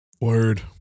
Word